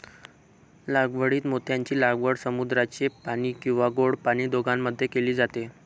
लागवडीत मोत्यांची लागवड समुद्राचे पाणी किंवा गोड पाणी दोघांमध्ये केली जाते